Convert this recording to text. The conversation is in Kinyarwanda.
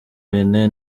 binteye